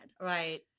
Right